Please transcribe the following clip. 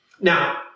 Now